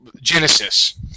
Genesis